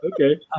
okay